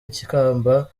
ikamba